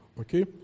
Okay